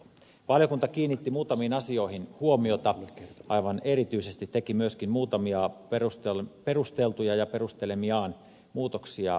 valiokunta kiinnitti muutamiin asioihin huomiota aivan erityisesti teki myöskin muutamia perusteltuja ja perustelemiaan muutoksia lakipykäliin